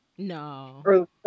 No